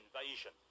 invasion